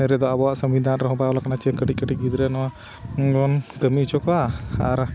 ᱨᱮᱫᱚ ᱟᱵᱚᱣᱟᱜ ᱥᱚᱝᱵᱤᱫᱷᱟᱱ ᱨᱮᱦᱚᱸ ᱵᱟᱭ ᱚᱞ ᱟᱠᱟᱱᱟ ᱪᱮᱫ ᱠᱟᱹᱴᱤᱡᱼᱠᱟᱹᱴᱤᱡ ᱜᱤᱫᱽᱨᱟᱹ ᱱᱚᱣᱟ ᱵᱚᱱ ᱠᱟᱹᱢᱤ ᱦᱚᱪᱚ ᱠᱚᱣᱟ ᱟᱨ